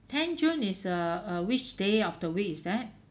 ten june is err uh which day of the week is that